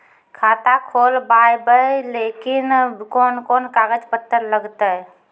खाता खोलबाबय लेली कोंन कोंन कागज पत्तर लगतै?